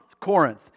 Corinth